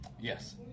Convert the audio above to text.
Yes